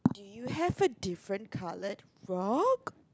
you have a different coloured frog